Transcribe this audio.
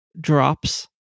drops